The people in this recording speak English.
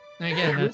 Again